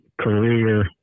career